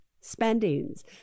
spendings